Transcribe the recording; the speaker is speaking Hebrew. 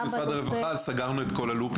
אם תוסיפי גם את משרד הרווחה אז סגרנו את כל הלופים.